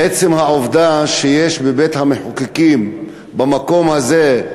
עצם העובדה שיש בבית-המחוקקים, במקום הזה,